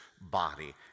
body